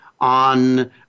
on